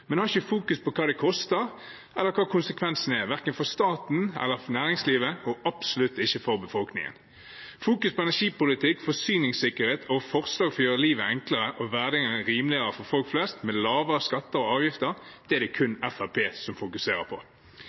men har ikke fokus på hva det koster, eller hva konsekvensen er – verken for staten eller for næringslivet, og absolutt ikke for befolkningen. Fokus på energipolitikk, forsyningssikkerhet og forslag for å gjøre livet enklere og hverdagen rimeligere for folk flest, med lavere skatter og avgifter, er det kun Fremskrittspartiet som fokuserer på.